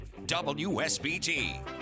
WSBT